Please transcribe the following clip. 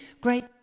great